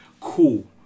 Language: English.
cool